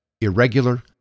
irregular